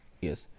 Yes